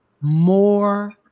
more